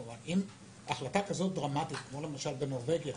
אם החלטה דרמטית כזאת כמו בנורבגיה